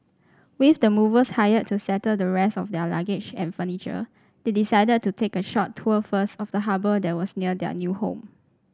with the movers hired to settle the rest of their luggage and furniture they decided to take a short tour first of the harbour that was near their new home